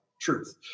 Truth